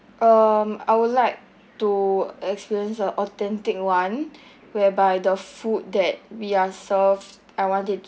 um I would like to experience a authentic one whereby the food that we are served I want it